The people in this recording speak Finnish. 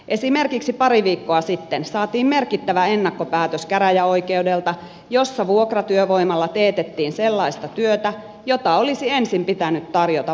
esimerkiksi pari viikkoa sitten saatiin merkittävä ennakkopäätös käräjäoikeudelta jossa vuokratyövoimalla teetettiin sellaista työtä jota olisi ensin pitänyt tarjota vakituiselle väelle